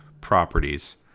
properties